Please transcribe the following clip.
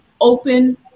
open